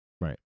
Right